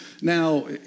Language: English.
Now